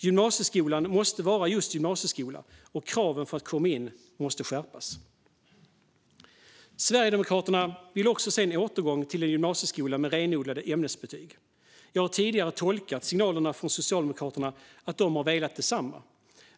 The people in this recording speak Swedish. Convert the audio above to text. Gymnasieskolan måste vara just gymnasieskola, och kraven för att komma in måste skärpas. Sverigedemokraterna vill också se en återgång till en gymnasieskola med renodlade ämnesbetyg. Jag har tidigare tolkat signalerna från Socialdemokraterna som att de har velat detsamma.